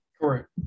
Correct